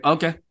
Okay